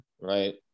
right